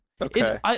Okay